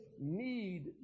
need